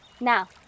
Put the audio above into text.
Now